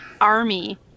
army